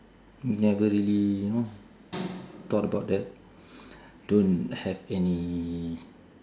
never really you know thought about that don't have any